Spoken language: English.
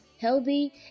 healthy